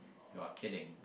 you are kidding